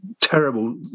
Terrible